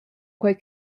quei